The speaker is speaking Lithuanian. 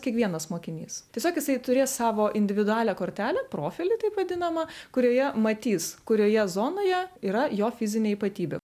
kiekvienas mokinys tiesiog jisai turės savo individualią kortelę profilį taip vadinamą kurioje matys kurioje zonoje yra jo fizinė ypatybė